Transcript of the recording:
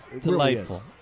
Delightful